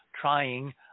trying